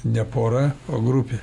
ne pora o grupė